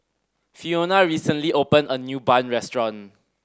Fiona recently opened a new bun restaurant